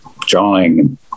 drawing